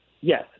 Yes